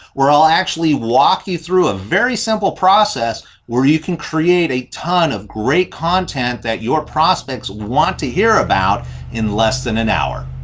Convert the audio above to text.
where i'll actually walk you through a very simple process where you can create a ton of great content that your prospects will want to hear about in less than an hour.